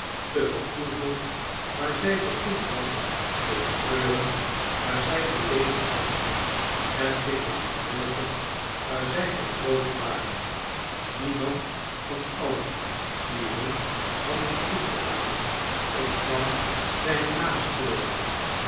te vertoeven waar zij vertoefd hadden te treuren waar zij geleden hadden en zich te verheugen waar zij vertroost waren niemand van alien die hun hadden goedgedaan ontkwam zijne